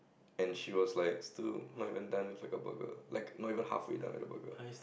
and she was like still not even done with a burger like not even halfway done with her burger